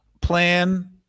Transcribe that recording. plan